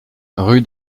rue